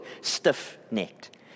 stiff-necked